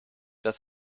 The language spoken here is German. das